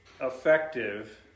effective